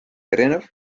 erinev